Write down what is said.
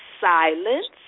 silence